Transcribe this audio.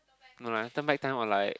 no lah turn back time or like